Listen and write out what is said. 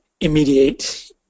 immediate